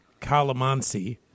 calamansi